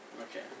Okay